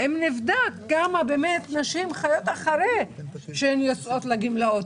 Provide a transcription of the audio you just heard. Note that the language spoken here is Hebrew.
האם נבדק כמה נשים חיות אחרי שהן יוצאות לגמלאות.